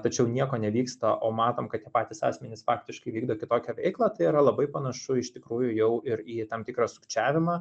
tačiau nieko nevyksta o matom kad tie patys asmenys faktiškai vykdo kitokią veiklą tai yra labai panašu iš tikrųjų jau ir į tam tikrą sukčiavimą